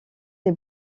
des